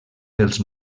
pels